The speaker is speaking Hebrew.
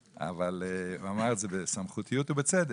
אבל הוא אמר את זה בסמכותיות ובצדק.